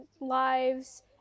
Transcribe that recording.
lives